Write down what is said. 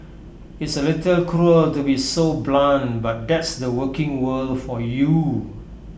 it's A little cruel to be so blunt but that's the working world for you